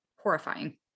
horrifying